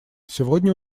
сегодня